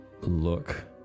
look